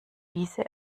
wiese